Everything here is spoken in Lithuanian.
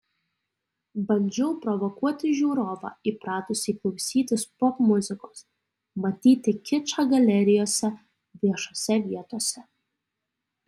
bandžiau provokuoti žiūrovą įpratusį klausytis popmuzikos matyti kičą galerijose viešose vietose